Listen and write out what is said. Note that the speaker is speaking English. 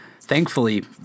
thankfully